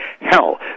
hell